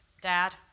Dad